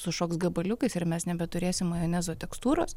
sušoks gabaliukais ir mes nebeturėsim majonezo tekstūros